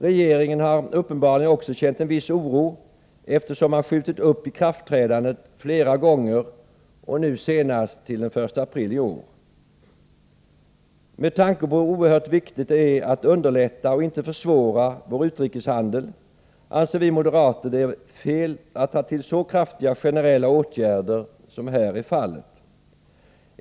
Regeringen har uppenbarligen också känt en viss oro, eftersom man skjutit upp ikraftträdandet flera gånger, och nu senast till den 1 april i år. Med tanke på hur oerhört viktigt det är att underlätta vår utrikeshandel anser vi moderater det fel att ta till så kraftiga generella åtgärder som här är fallet.